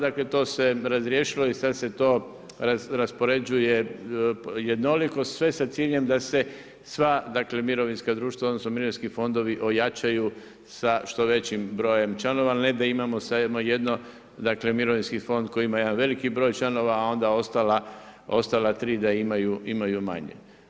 Dakle, to se razriješilo i sad se to raspoređuje jednoliko, sve sa ciljem, da se sva, dakle, mirovinska društva, odnosno, mirovinski fondovi ojačaju sa što većim brojem članova, a ne da imamo samo jedno dakle, mirovinski fond koji ima jedan veliki broj članova, a onda ostala tri da imaju manje.